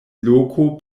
loko